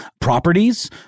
properties